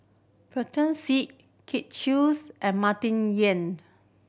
Pritam Singh Kin Chuis and Martin Yan